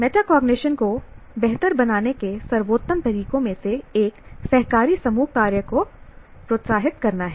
metacognition को बेहतर बनाने के सर्वोत्तम तरीकों में से एक सहकारी समूह कार्य को प्रोत्साहित करना है